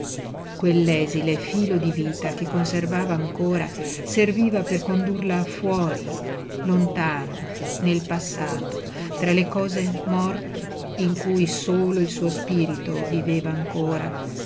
quell'esile filo di vita che conservava ancora serviva per condurla fuori lontano nel passato tra le cose morte in cui solo il suo spirito viveva ancora